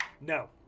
no